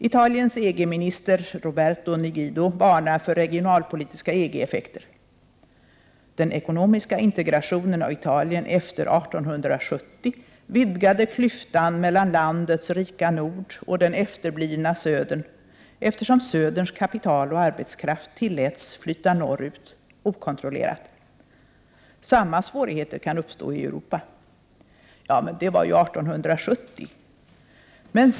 Italiens EG-minister Roberto Nigido varnar för regionalpolitiska EG effekter: ”Den ekonomiska integrationen av Italien 1870 vidgade klyftan mellan landets rika nord och den efterblivna södern, eftersom söderns kapital och arbetskraft tilläts flytta norrut okontrollerat. Samma svårigheter kan uppstå i Europa.” Ja, men det var ju 1870! kan någon invända.